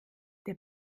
der